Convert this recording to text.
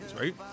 right